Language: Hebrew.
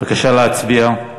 בבקשה להצביע.